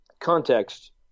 Context